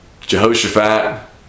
Jehoshaphat